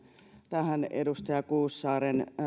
tähän edustaja kivisaaren